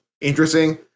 interesting